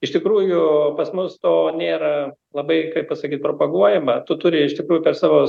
iš tikrųjų pas mus to nėra labai kaip pasakyt propaguojama tu turi iš tikrųjų per savo